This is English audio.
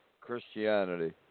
Christianity